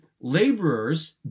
laborers